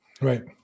Right